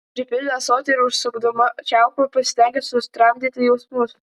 pripildė ąsotį ir užsukdama čiaupą pasistengė sutramdyti jausmus